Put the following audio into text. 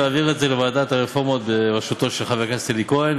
להעביר את זה לוועדת הרפורמות בראשותו של חבר הכנסת אלי כהן.